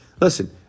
Listen